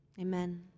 Amen